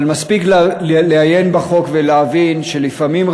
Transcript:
אבל מספיק לעיין בחוק ולהבין שלפעמים,